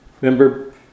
Remember